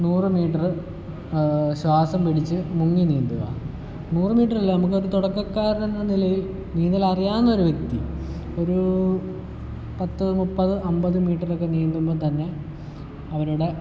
നൂറ് മീറ്റർ ശ്വാസം പിടിച്ച് മുങ്ങി നീന്തുക നൂറ് മീറ്ററല്ല നമുക്കത് തുടക്കക്കാരൻ എന്ന നിലയിൽ നീന്തൽ അറിയാവുന്ന ഒരു വ്യക്തി ഒരു പത്ത് മുപ്പത്ത് അൻപത് മീറ്റർ ഒക്കെ നീന്തുമ്പോൾ തന്നെ അവരുടെ